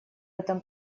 этом